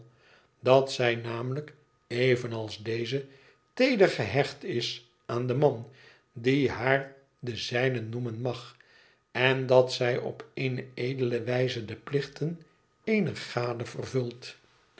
dat zij namelijk evenals deze teeder gehecht is aan den man die haar de zijne noemen mag en dat zij op eene edele wijze de plichten eener gade vervult